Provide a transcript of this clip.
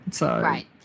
Right